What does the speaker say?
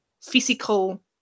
physical